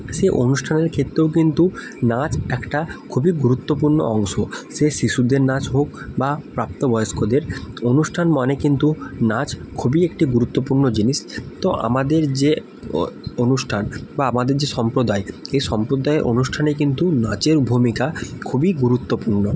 সেই অনুষ্ঠানের ক্ষেত্রেও কিন্তু নাচ একটা খুবই গুরুত্বপূর্ণ অংশ সে শিশুদের নাচ হোক বা প্রাপ্তবয়স্কদের অনুষ্ঠান মানে কিন্তু নাচ খুবই একটি গুরুত্বপূর্ণ জিনিস তো আমাদের যে অনুষ্ঠান বা আমাদের যে সম্প্রদায় এ সম্প্রদায়ের অনুষ্ঠানে কিন্তু নাচের ভূমিকা খুবই গুরুত্বপূর্ণ